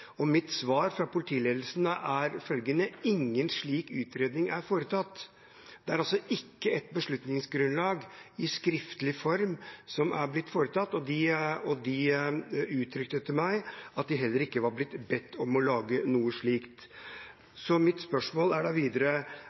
fra politiledelsen var følgende: Ingen slik utredning er foretatt. Det har altså ikke blitt laget et beslutningsgrunnlag i skriftlig form, og de uttrykte til meg at de heller ikke var blitt bedt om å lage noe slikt. Mitt spørsmål blir da: